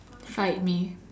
fight me